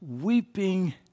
weeping